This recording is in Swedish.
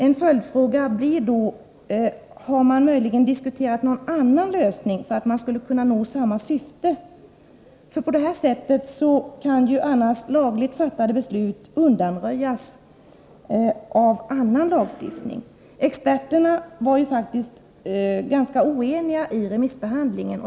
En följdfråga blir då: Har man möjligen diskuterat någon annan lösning för att kunna nå samma syfte? Lagligt fattade beslut kan ju annars undanröjas av annan lagstiftning. Experterna var faktiskt ganska oeniga vid remissbehandlingen.